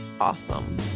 awesome